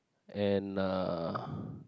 and uh